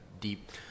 deep